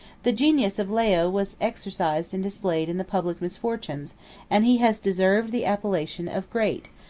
the genius of leo was exercised and displayed in the public misfortunes and he has deserved the appellation of great,